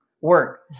work